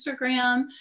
Instagram